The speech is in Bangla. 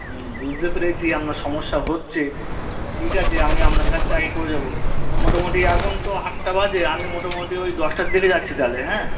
হুম বুঝতে পেরেছি আপনার সমস্যা হচ্ছে ঠিক আছে আমি আপনার কাজটা আগে করে যাবো মোটামোটি এখন তো আটটা বাজে আমি মোটামোটি ওই দশটার দিকে যাচ্ছি তাহলে হ্যাঁ